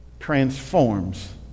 transforms